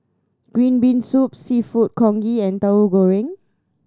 green bean soup Seafood Congee and Tahu Goreng